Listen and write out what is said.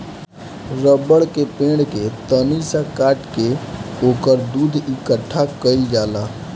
रबड़ के पेड़ के तनी सा काट के ओकर दूध इकट्ठा कइल जाला